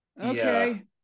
okay